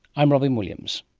i'm robyn williams